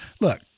look